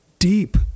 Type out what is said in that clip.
Deep